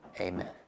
Amen